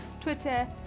twitter